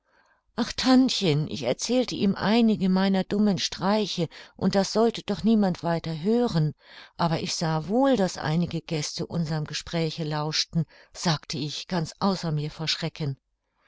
ach tantchen ich erzählte ihm einige meiner dummen streiche und das sollte doch niemand weiter hören aber ich sah wohl daß einige gäste unserm gespräche lauschten sagte ich ganz außer mir vor schrecken